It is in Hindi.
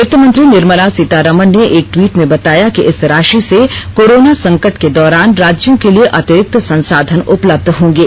वित्त मंत्री निर्मला सीतारामन ने एक ट्वीट में बताया कि इस राशि से कोरोना संकट के दौरान राज्यों के लिए अतिरिक्त संसाधन उपलब्य होंगे